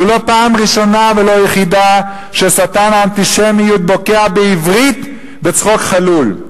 זו לא פעם ראשונה ולא יחידה ששטן האנטישמיות בוקע בעברית בצחוק חלול.